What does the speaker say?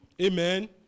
Amen